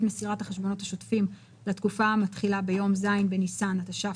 מסירת החשבונות השוטפים לתקופה המתחילה ביום ז' בניסן התש"ף,